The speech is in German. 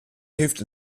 hilft